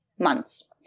months